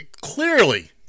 clearly